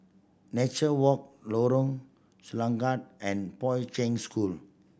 Nature Walk Lorong Selangat and Poi Ching School